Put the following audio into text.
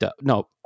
no